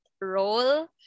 role